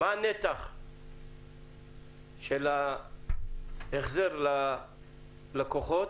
מה הנתח של החזר ללקוחות